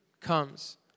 comes